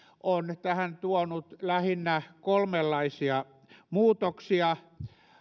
on tähän tuonut lähinnä kolmenlaisia muutoksia